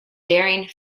daring